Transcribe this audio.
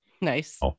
Nice